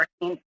working